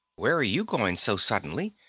where are you going so suddenly?